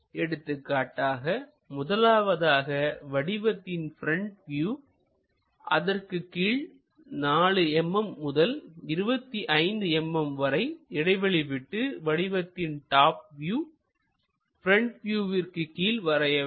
எடுத்துக்காட்டாக முதலாவதாக வடிவத்தின் ப்ரெண்ட் வியூ அதற்குக் கீழ் 4 mm முதல் 25 mm வரை இடைவெளி விட்டு வடிவத்தின் டாப் வியூ ப்ரெண்ட் வியூவிற்கு கீழ் வரைய வேண்டும்